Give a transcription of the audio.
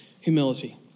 humility